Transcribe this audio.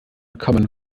common